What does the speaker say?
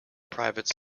private